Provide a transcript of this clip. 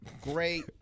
Great